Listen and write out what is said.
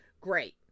great